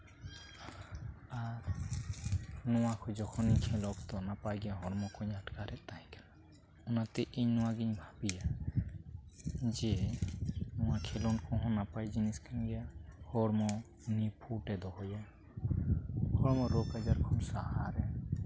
ᱟᱨ ᱱᱚᱣᱟ ᱠᱚ ᱡᱚᱠᱷᱚᱱᱤᱧ ᱠᱷᱮᱞ ᱚᱠᱛᱚ ᱱᱟᱯᱟᱭᱜᱮ ᱦᱚᱲᱢᱚ ᱠᱚᱧ ᱟᱴᱠᱟᱨᱮᱫ ᱛᱟᱦᱮᱸ ᱠᱟᱱᱟ ᱚᱱᱟᱛᱮ ᱤᱧ ᱱᱚᱣᱟᱜᱮᱧ ᱵᱷᱟᱹᱵᱤᱭᱟ ᱡᱮ ᱱᱚᱣᱟ ᱠᱷᱮᱞᱳᱰ ᱠᱚᱦᱚᱸ ᱱᱟᱯᱟᱭ ᱡᱤᱱᱤᱥ ᱠᱟᱱ ᱜᱮᱭᱟ ᱦᱚᱲᱢᱚ ᱱᱤᱯᱷᱩᱴᱮ ᱫᱚᱦᱚᱭᱟ ᱦᱚᱲᱢᱚ ᱨᱳᱜᱽ ᱟᱡᱟᱨ ᱠᱷᱚᱱ ᱥᱟᱦᱟᱨᱮ